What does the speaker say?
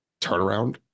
turnaround